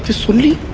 surely